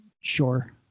sure